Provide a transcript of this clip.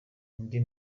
indi